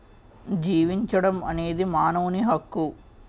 జీవించడం అనేది మానవుని హక్కు